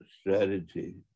strategy